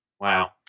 Wow